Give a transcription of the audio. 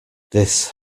this